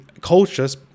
Cultures